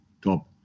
Top